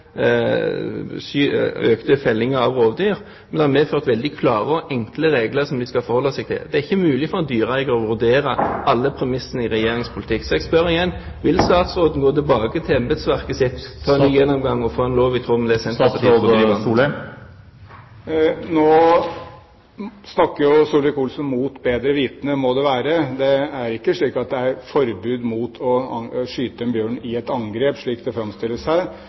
rovdyr, men det har medført veldig klare og enkle regler som de skal forholde seg til. Det er ikke mulig for en dyreeier å vurdere alle premissene i Regjeringens politikk. Jeg spør igjen: Vil statsråden gå tilbake til embetsverket sitt, ta en gjennomgang, og få en lov i tråd med det Senterpartiet vil? Nå snakker Solvik-Olsen mot bedre vitende, må det være. Det er ikke slik at det er forbud mot å skyte en bjørn i et angrep, slik det framstilles